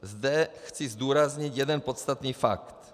Zde chci zdůraznit jeden podstatný fakt.